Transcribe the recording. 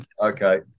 Okay